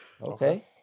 Okay